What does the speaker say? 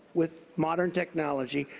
with modern technology,